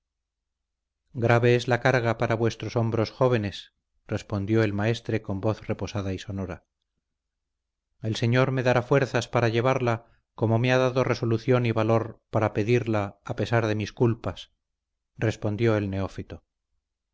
grave es la carga para vuestros hombros jóvenes respondió el maestre con voz reposada y sonora el señor me dará fuerzas para llevarla como me ha dado resolución y valor para pedirla a pesar de mis culpas respondió el neófito